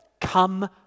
Come